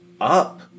up